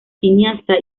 cineasta